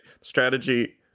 strategy